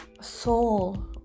soul